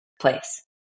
place